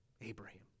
Abraham